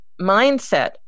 mindset